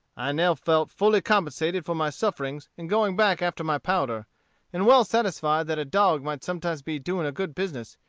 i now felt fully compensated for my sufferings in going back after my powder and well satisfied that a dog might sometimes be doing a good business,